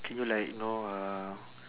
can you like you know uh